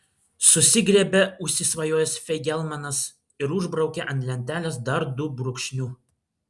susigriebė užsisvajojęs feigelmanas ir užbraukė ant lentelės dar du brūkšniu